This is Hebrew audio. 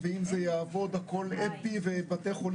הכול צריך להיות מאוד מדויק ומשפטי.